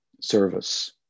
service